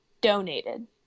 donated